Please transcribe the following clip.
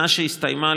בשנה שהסתיימה,